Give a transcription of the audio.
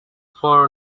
four